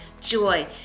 joy